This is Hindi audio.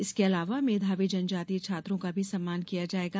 इसके अलावा मेधावी जनजातीय छात्रों का भी सम्मान किया जाएगा